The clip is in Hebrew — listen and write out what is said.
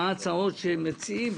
בהצעות שמציעים,